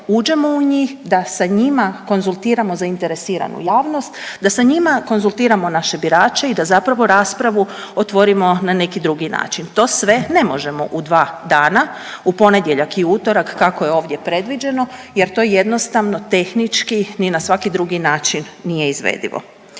uđemo u njih, da sa njima konzultiramo zainteresiranu javnost, da sa njima konzultiramo naše birače i da zapravo raspravu otvorimo na neki drugi način. To sve ne možemo u 2 dana u ponedjeljak i utorak, kako je ovdje predviđeno jer to jednostavno tehnički ni na svaki drugi način nije izvedivo.